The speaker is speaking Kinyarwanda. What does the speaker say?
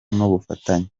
n’ubufatanye